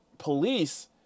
police